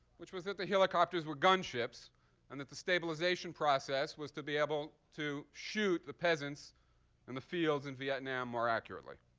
which was that the helicopters were gunships and that the stabilization process was to be able to shoot the peasants in and the fields in vietnam more accurately.